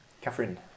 Catherine